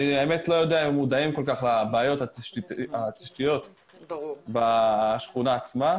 האמת היא שאני לא יודע אם הם מודעים כל כך לבעיות התשתיות בשכונה עצמה,